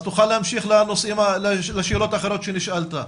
אז תוכל להמשיך לשאלות האחרות שנשאלת?